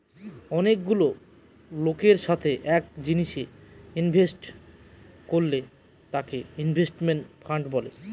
অনেকগুলা লোকের সাথে এক জিনিসে ইনভেস্ট করলে তাকে ইনভেস্টমেন্ট ফান্ড বলে